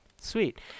Sweet